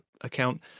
account